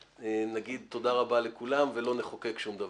נגיד תודה רבה לכולם ולא נחוקק שום דבר.